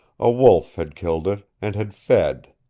a wolf had killed it, and had fed,